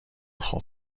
خوب